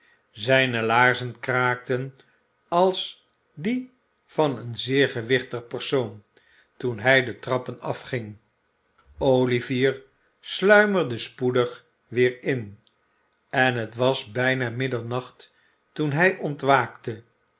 zijne laarzen kraakten als die van een zeer gewichtig persoon toen hij de trappen afging olivier sluimerde spoedig weer in en het was bijna middernacht toen hij ontwaakte